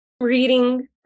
reading